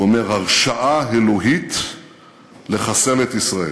הוא אומר, הרשאה אלוהית לחסל את ישראל.